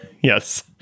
Yes